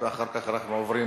ואחר כך אנחנו עוברים